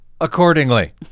accordingly